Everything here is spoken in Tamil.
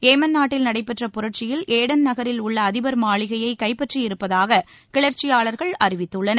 ஏமன் நாட்டில் நடைபெற்ற புரட்சியில் ஏடன் நகரில் உள்ள அதிபர் மாளிகையை கைப்பற்றியிருப்பதாக கிளர்ச்சியாளர்கள் அறிவித்துள்ளனர்